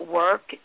work